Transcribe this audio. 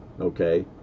okay